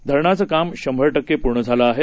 धरणाचं काम शंभर टक्के पूर्ण झालं आहे